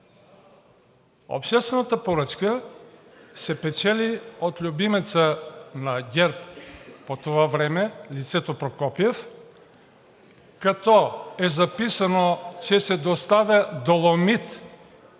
Обществената поръчка се печели от любимеца на ГЕРБ по това време – лицето Прокопиев, като е записано, че се доставя доломит